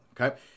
okay